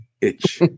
itch